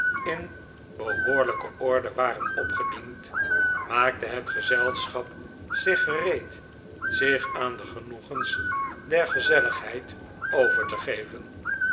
in behoorlijke orde waren opgediend maakte het gezelschap zich gereed zich aan de genoegens der gezelligheid over te geven